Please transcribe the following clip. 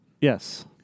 Yes